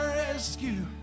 rescue